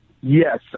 Yes